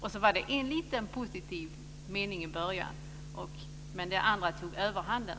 Det var en liten positiv mening i början, men det andra tog överhanden.